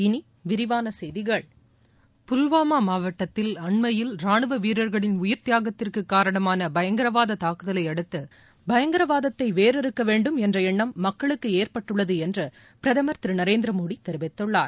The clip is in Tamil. இனி விரிவான செய்திகள் புல்வாமாவில் அண்மையில் ராணுவ வீரர்களின் உயிர்த்தியாகத்திற்கு காரணமான பயங்கரவாத தாக்குதலையடுத்து பயங்கரவாதத்தை வேரறுக்க வேண்டும் என்ற எண்ணம் மக்களுக்கு ஏற்பட்டுள்ளது என்று பிரதமர் திரு நரேந்திரமோடி தெரிவித்துள்ளார்